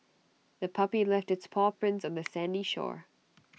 the puppy left its paw prints on the sandy shore